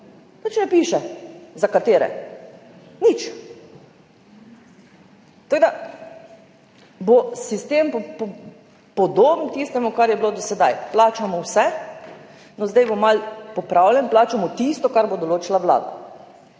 Nič ne piše, za katere. Nič. Tako da bo sistem podoben tistemu, kar je bilo do sedaj – plačamo vse. No, zdaj bo malo popravljen, plačamo tisto, kar bo določila Vlada.